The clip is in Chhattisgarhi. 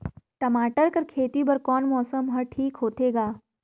टमाटर कर खेती बर कोन मौसम हर ठीक होथे ग?